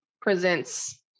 presents